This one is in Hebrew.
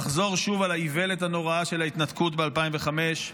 לחזור שוב על האיוולת הנוראה של ההתנתקות ב-2005,